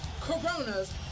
Coronas